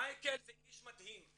מייקל זה איש מדהים.